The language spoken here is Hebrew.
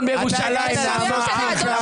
אם לא, אני דורש עוד התייצעות סיעתית לפני.